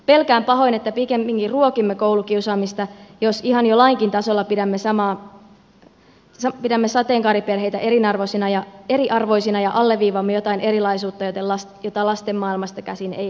pelkään pahoin että pikemminkin ruokimme koulukiusaamista jos ihan jo lainkin tasolla pidämme sateenkaariperheitä eriarvoisina ja alleviivaamme jotain erilaisuutta jota lasten maailmasta käsin ei edes näy